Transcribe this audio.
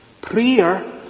Prayer